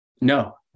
No